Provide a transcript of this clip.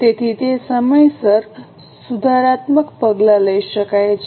તેથી તે સમયસર સુધારાત્મક પગલાં લઈ શકાય છે